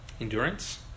endurance